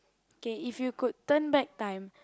okay if you could turn back time